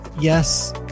Yes